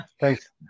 thanks